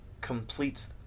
completes